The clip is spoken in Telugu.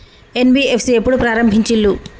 ఎన్.బి.ఎఫ్.సి ఎప్పుడు ప్రారంభించిల్లు?